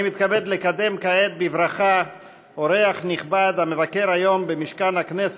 אני מתכבד לקדם כעת בברכה אורח נכבד המבקר היום במשכן הכנסת,